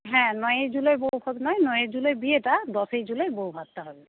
হ্যাঁ নয়ই জুলাই বউভাত নয় নয়ই জুলাই বিয়েটা দশই জুলাই বউভাতটা হবে